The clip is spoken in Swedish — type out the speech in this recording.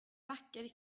vacker